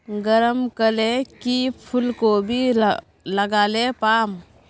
गरम कले की फूलकोबी लगाले पाम?